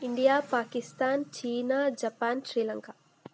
India Pakistan China Japan Sri Lanka